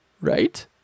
right